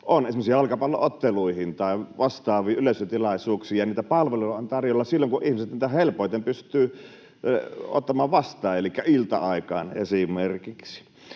esimerkiksi jalkapallo-otteluihin tai vastaaviin yleisötilaisuuksiin. Niitä palveluja on tarjolla silloin, kun ihmiset niitä helpoiten pystyy ottamaan vastaan, elikkä ilta-aikaan esimerkiksi.